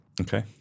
Okay